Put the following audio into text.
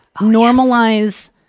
normalize